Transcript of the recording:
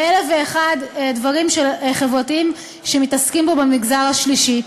באלף ואחד דברים חברתיים שמתעסקים בהם במגזר השלישי,